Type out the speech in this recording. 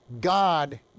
God